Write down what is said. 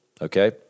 okay